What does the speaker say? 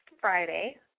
Friday